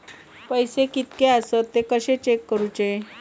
पैसे कीतके आसत ते कशे चेक करूचे?